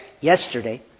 yesterday